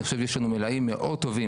אני חושב שיש לנו מלאיים מאוד טובים,